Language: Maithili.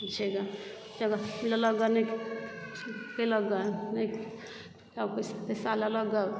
छै गे जगह लेलक नहि गे कयलक गे नहि सबकिछु पैसा लेलक गे